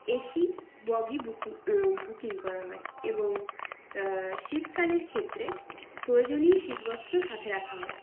AC bogie booking করা হয় এবং শীতকালের ক্ষেত্রে প্রয়োজনীয় শীতবস্ত্র সাথে রাখা হয়